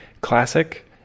classic